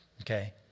Okay